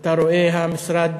אתה רואה המשרד